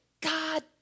God